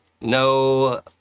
No